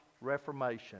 Reformation